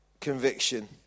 conviction